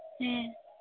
ᱦᱮᱸ